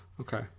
Okay